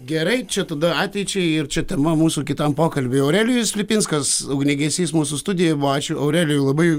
gerai čia tada ateičiai ir čia tema mūsų kitam pokalbiui aurelijus lipinskas ugniagesys mūsų studijoj buvo ačiū aurelijui labai